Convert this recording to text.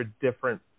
different